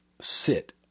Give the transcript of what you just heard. sit